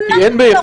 במה שאתם לא רוצים.